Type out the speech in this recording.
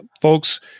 folks